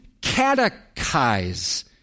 catechize